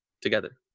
together